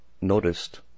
noticed